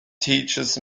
teaches